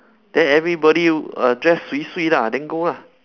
then everybody err dress swee swee lah then go ah